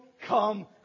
come